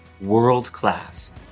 world-class